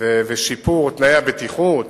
ושיפור תנאי הבטיחות